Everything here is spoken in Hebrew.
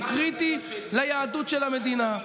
הוא קריטי ליהדות של המדינה,